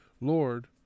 Lord